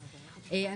האמת,